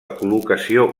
col·locació